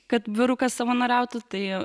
kad vyrukas savanoriautų tai